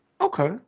Okay